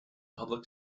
public